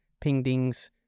ping-dings